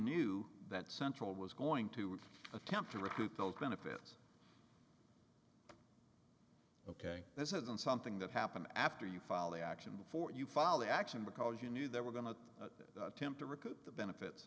knew that central was going to attempt to recoup those benefits ok this isn't something that happens after you file the action before you follow the action because you knew there were going to attempt to recoup the benefits